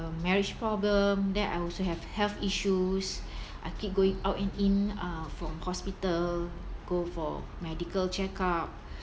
uh marriage problem then I also have health issues I keep going out and in uh from hospital go for medical checkup